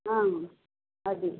అది